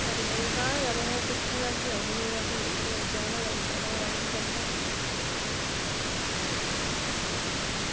खरी खरी तां गै में हां किट्ठियां जाह्गियां ओड़ी नेईं तां इंया जाना गै होंदा ते बंदा जंदा उठी